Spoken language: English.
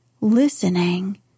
listening